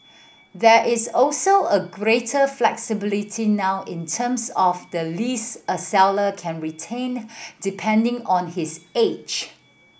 there is also a greater flexibility now in terms of the lease a seller can retain depending on his age